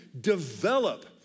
develop